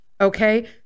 Okay